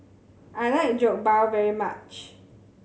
I like Jokbal very much